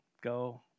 go